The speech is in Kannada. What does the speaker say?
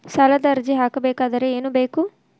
ಸಾಲದ ಅರ್ಜಿ ಹಾಕಬೇಕಾದರೆ ಏನು ಬೇಕು?